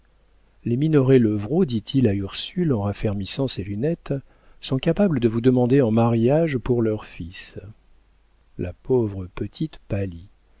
morale essayons les minoret levrault dit-il à ursule en raffermissant ses lunettes sont capables de vous demander en mariage pour leur fils la pauvre petite pâlit